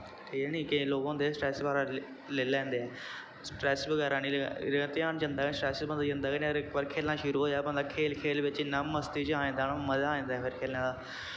ठीक ऐ निं केई लोग होंदे स्ट्रैस बगैरा लेई लैंदे स्ट्रैस बगैरा निं ध्यान जंदा निं स्ट्रैस च बंदा जंदा गै निं इक बारी खेलनां शुरु होया बंदा खेल खेल बिच्च इन्नां मस्ती बिच्च आई जंदा ना मजा आई जंदा फिर खेलनें दा